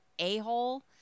a-hole